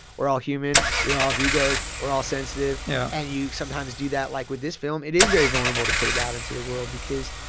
we're all human, we all have egos, we're all sensitive and you sometimes do that. like, with this film, it is very vulnerable to put it out into the world because,